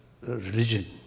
religion